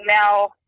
now